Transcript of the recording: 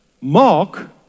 Mark